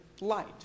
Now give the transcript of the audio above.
light